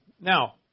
Now